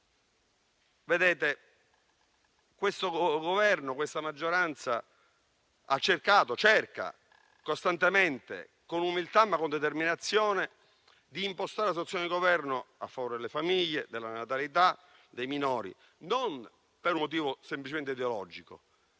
mercato. Questo Governo e questa maggioranza hanno cercato e cercano costantemente con umiltà, ma anche con determinazione, di impostare l'azione di governo a favore delle famiglie, della natalità e dei minori non per un motivo semplicemente ideologico,